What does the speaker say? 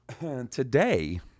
today